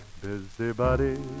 Busybody